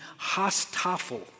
hastafel